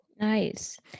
Nice